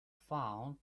found